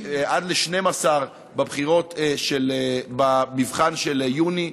עד ל-12% במבחן של יוני.